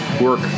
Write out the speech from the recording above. work